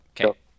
Okay